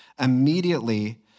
Immediately